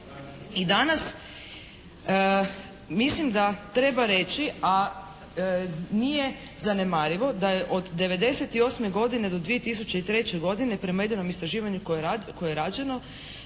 I danas mislim da treba reći a nije zanemarivo da je od '98. godine do 2003. godine prema …/Govornik se ne